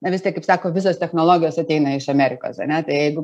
na vis tiek kaip sako visos technologijos ateina iš amerikos ane tai jeigu